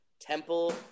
Temple